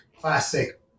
classic